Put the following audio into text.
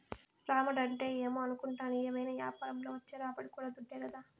రాబడంటే ఏమో అనుకుంటాని, ఏవైనా యాపారంల వచ్చే రాబడి కూడా దుడ్డే కదా